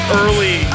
early